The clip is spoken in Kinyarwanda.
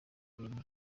ababyeyi